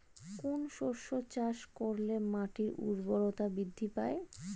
কোন শস্য চাষ করলে মাটির উর্বরতা বৃদ্ধি পায়?